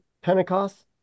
Pentecost